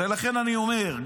לכן אני אומר,